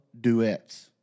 duets